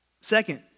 Second